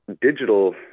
Digital